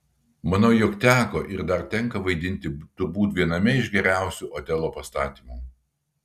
manau jog teko ir dar tenka vaidinti turbūt viename iš geriausių otelo pastatymų